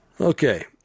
Okay